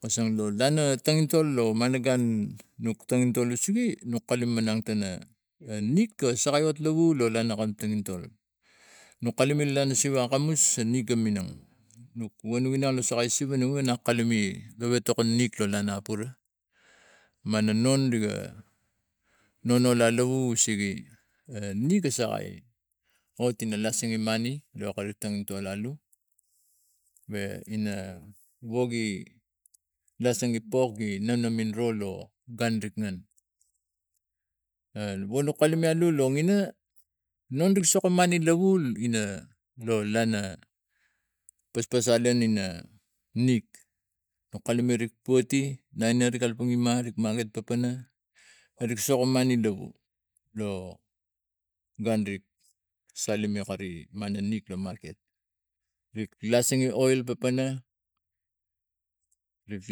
Kosong lo lana tongintol lo malangan nok tongintol lasigi nuk kalu manang tana nik ga sakai hat iau lo lana ga tongintol nuk kalume lana siva agamus a nik ga minang nok wan wina sakai siva na kalume gewek toksun nik la lanapura mana nom rigi nono lalau sigi anik ga sakai hotila lasile mani lo kari tongtili iau we ina wogi lasenge pok gi nanamin ro lo gun rik ngan a wolok kalu alu la ing a nong rik soko mane iau ina lo lana paspasalan ina nik nok kalume rik poti na neri kalapang ima ina nerik make t papana nerik soko mani iau lo gunrik salim ia kari mana nik la maket rik lasenge oil pana rik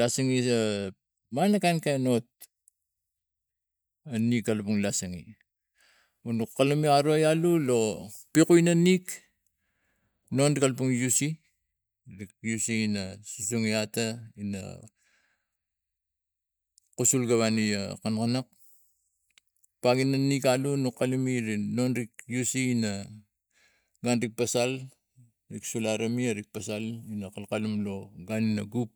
lasenge mana kain hot arik kalapang lasenge wonok kalume aroi alu lo pekui la nik non gi kalapang use nik use ina sosunge atar ina kusoi gi vani na kal kanap bogi na nuk alu nok lakume ri non ri use no nonri pasal ek soso ralame erik pasal ina kalkalu lo gun lo kuk.